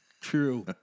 True